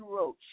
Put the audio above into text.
roach